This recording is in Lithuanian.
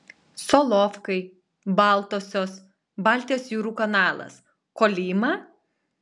solovkai baltosios baltijos jūrų kanalas kolyma